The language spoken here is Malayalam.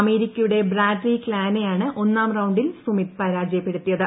അമേരിക്കയുടെ ബ്രാഡ്ലി ക്ലാനെയാണ് ഒന്നാം റൌണ്ടിൽ സുമിത് പരാജയപ്പെടുത്തിയത്